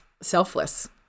selfless